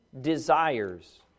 desires